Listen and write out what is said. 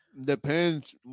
Depends